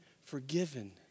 forgiven